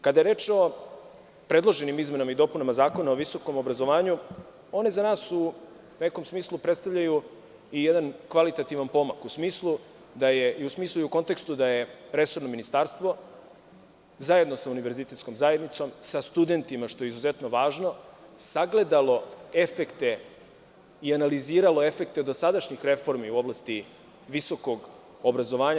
Kada je reč o predloženim izmenama i dopunama Zakona o visokom obrazovanju, one za nas u nekom smislu predstavljaju i jedan kvalitativan pomak i u smislu i u kontekstu da je resorno ministarstvo, zajedno sa univerzitetskom zajednicom, sa studentima, što je izuzetno važno, sagledalo efekte i analiziralo efekte dosadašnjih reformi u oblasti visokog obrazovanja.